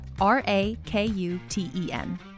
R-A-K-U-T-E-N